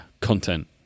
content